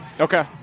Okay